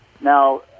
Now